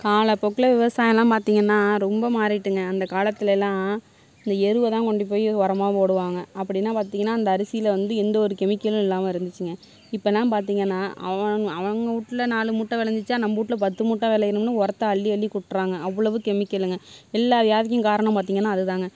காலப்போக்கில் விவசாயம் எல்லாம் பார்த்திங்கன்னா ரொம்ப மாறிட்டுங்க அந்த காலத்தில் எல்லாம் இந்த எருவை தான் கொண்டு போய் உரமா போடுவாங்க அப்படினா பார்த்திங்கன்னா அந்த அரிசியில் வந்து எந்தவொரு கெமிக்கலும் இல்லாமல் இருந்துச்சுங்க இப்பலா பார்த்திங்கன்னா அவன் அவங்க வீட்ல நாலு மூட்டை வெளைஞ்சிச்சா நம்ம வீட்ல பத்து மூட்டை விளையணும்னு உரத்த அள்ளி அள்ளி கொட்டுறாங்க அவ்வளவு கெமிக்கலுங்க எல்லா வியாதிக்கும் காரணம் பார்த்திங்கன்னா அதுதான்ங்க